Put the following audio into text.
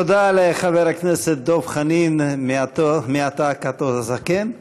תודה לחבר הכנסת דב חנין, מעתה קאטו הזקן.